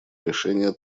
решения